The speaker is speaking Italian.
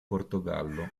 portogallo